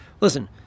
listen